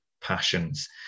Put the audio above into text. passions